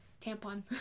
tampon